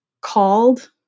called